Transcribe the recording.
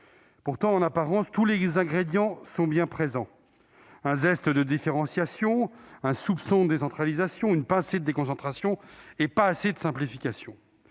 Pourtant, en apparence, tous les ingrédients sont bien présents : un zeste de différenciation, un soupçon de décentralisation, une pincée de déconcentration ... mais ça manque de simplification.